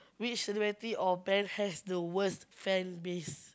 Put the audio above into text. which celebrity or band has the worst fanbase